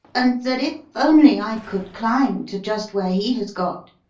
and that if only i could climb to just where he has got,